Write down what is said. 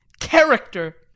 character